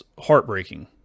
heartbreaking